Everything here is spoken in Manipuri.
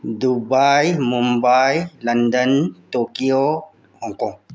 Dubai Mumbai London Tokyo Hong Kong